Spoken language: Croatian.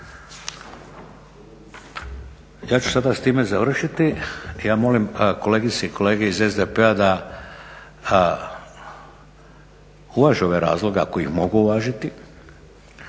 Ja ću sada s time završiti. Ja molim kolegice i kolege iz SDP-a da uvaže ove razloge ako ih mogu uvažiti